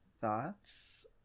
thoughts